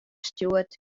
stjoerd